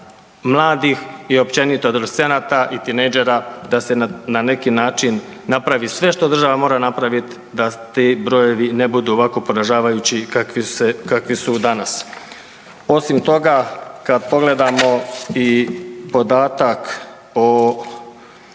mladih i općenito adolescenata i tinejdžera da se na neki način napravi sve što država mora napraviti da ti brojevi ne budu ovako poražavajući kakvi su danas. Osim toga kada pogledamo i podatak o